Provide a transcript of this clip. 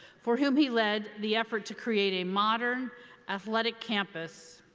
for whom he led the effort to create a modern athletic campus.